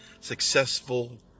successful